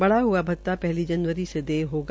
बढ़ा हआ भत्ता पहली जनवरी से देय होगा